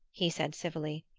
he said civilly.